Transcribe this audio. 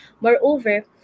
moreover